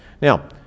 Now